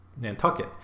nantucket